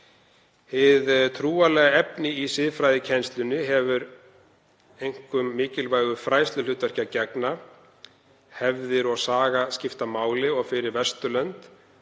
Hið trúarlega efni í siðfræðikennslunni hefur einkum mikilvægu fræðsluhlutverki að gegna. Hefðir og saga skipta máli og fyrir Vesturlönd